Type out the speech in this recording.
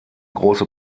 große